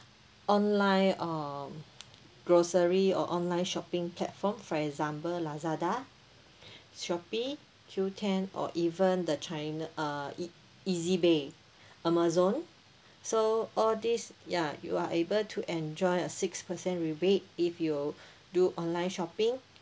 online um grocery or online shopping platform for example lazada shopee qoo ten or even the china uh E ezbuy amazon so all these ya you are able to enjoy a six percent rebate if you do online shopping